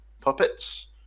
puppets